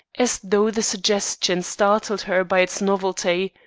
as though the suggestion startled her by its novelty.